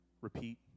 repeat